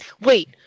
wait